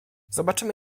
zobaczymy